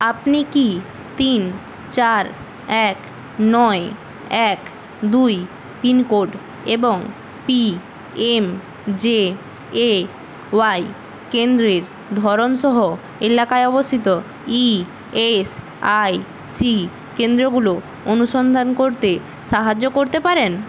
আপনি কি তিন চার এক নয় এক দুই পিনকোড এবং পিএমজেএওয়াই কেন্দ্রের ধরন সহ এলাকায় অবস্থিত ই এস আই সি কেন্দ্রগুলো অনুসন্ধান করতে সাহায্য করতে পারেন